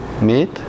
meet